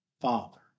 Father